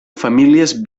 famílies